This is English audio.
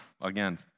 again